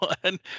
one